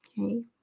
Okay